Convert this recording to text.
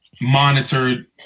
monitored